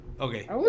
Okay